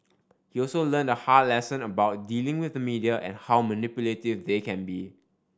he also learned a hard lesson about dealing with the media and how manipulative they can be